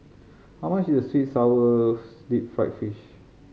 how much is sweet sour deep fried fish